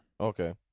Okay